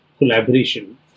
collaboration